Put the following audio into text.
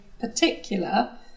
particular